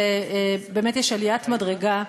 באמת יש עליית מדרגה,